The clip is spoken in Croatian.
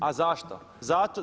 A zašto?